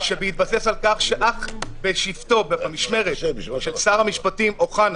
בהתבסס על כך שאך בשבתו במשמרת של שר המשפטים אוחנה,